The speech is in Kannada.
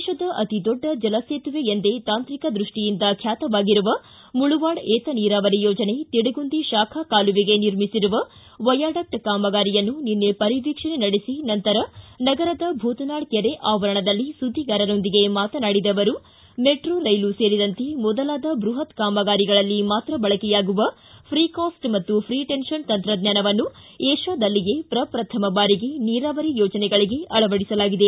ದೇತದ ಅತಿ ದೊಡ್ಡ ಜಲಸೇತುವೆ ಎಂದೇ ತಾಂತ್ರಿಕ ದೃಷ್ಟಿಯಿಂದ ಖ್ಯಾತವಾಗಿರುವ ಮುಳವಾಡ ಏತ ನೀರಾವರಿ ಯೋಜನೆ ತಿಡಗುಂದಿ ಶಾಖಾ ಕಾಲುವೆಗೆ ನಿರ್ಮಿಸಿರುವ ವಯಾಡಕ್ಟ್ ಕಾಮಗಾರಿಯನ್ನು ನಿನ್ನೆ ಪರಿವೀಕ್ಷಣೆ ನಡೆಸಿ ನಂತರ ನಗರದ ಭೂತನಾಳ ಕೆರೆ ಆವರಣದಲ್ಲಿ ಸುದ್ದಿಗಾರರೊಂದಿಗೆ ಮಾತನಾಡಿದ ಅವರು ಮೆಟ್ರೋ ರೈಲು ಸೇರಿದಂತೆ ಮೊದಲಾದ ಬೃಹತ್ ಕಾಮಗಾರಿಗಳಲ್ಲಿ ಮಾತ್ರ ಬಳಕೆಯಾಗುವ ಫ್ರೀ ಕಾಸ್ಟ್ ಹಾಗೂ ಫ್ರೀ ಟೆನಷನ್ ತಂತ್ರಜ್ಞಾನವನ್ನು ಏಷ್ಕಾದಲ್ಲಿಯೇ ಪ್ರಪ್ರಥಮ ಬಾರಿಗೆ ನೀರಾವರಿ ಯೋಜನೆಗಳಿಗೆ ಅಳವಡಿಸಲಾಗಿದೆ